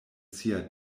sia